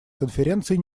конференции